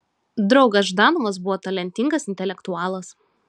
draugas ždanovas buvo talentingas intelektualas